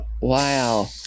Wow